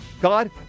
God